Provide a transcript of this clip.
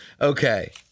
Okay